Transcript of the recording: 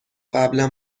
قبلا